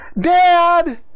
Dad